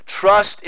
trust